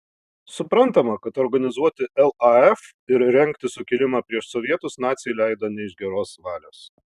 suprantama kad organizuoti laf ir rengti sukilimą prieš sovietus naciai leido ne iš geros valios